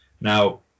Now